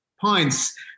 pints